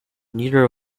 neither